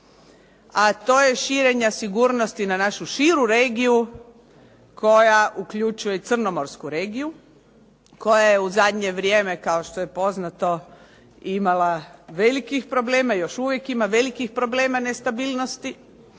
a to je širenje sigurnosti na našu širu regiju koja uključuje crnomorsku regiju koja je u zadnje vrijeme, kao što je poznato, imala velikih problema, još uvijek ima velikih problema nestabilnosti.